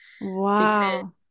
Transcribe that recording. wow